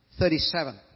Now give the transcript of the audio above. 37